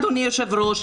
אדוני היושב-ראש,